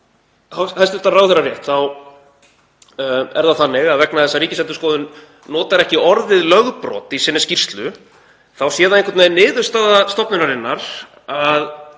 hæstv. ráðherra rétt þá er það þannig að vegna þess að Ríkisendurskoðun notar ekki orðið lögbrot í sinni skýrslu þá hljóti niðurstaða stofnunarinnar að